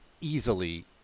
easily